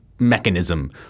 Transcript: Mechanism